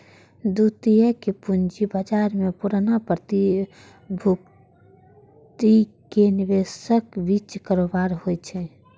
द्वितीयक पूंजी बाजार मे पुरना प्रतिभूतिक निवेशकक बीच कारोबार होइ छै